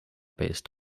based